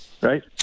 right